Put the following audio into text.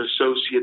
associate